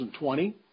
2020